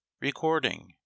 Recording